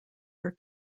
are